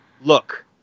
look